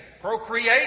procreate